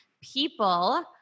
people